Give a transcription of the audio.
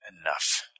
Enough